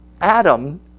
Adam